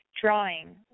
Drawing